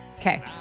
Okay